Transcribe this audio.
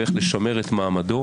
ואיך לשמר את מעמדו.